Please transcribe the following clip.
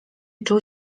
czuł